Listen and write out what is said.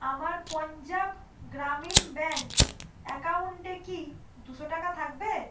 আমার পঞ্জাব গ্রামীণ ব্যাঙ্ক অ্যাকাউন্টে কি দুশো টাকা থাকবে